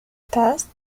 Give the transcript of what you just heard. passed